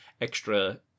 extra